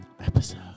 episode